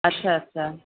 अच्छा अच्छा